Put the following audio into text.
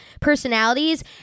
personalities